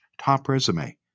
topresume